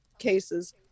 cases